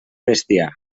bestiar